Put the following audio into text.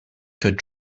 could